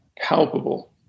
palpable